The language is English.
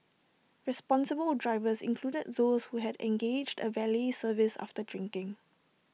responsible drivers included those who had engaged A valet service after drinking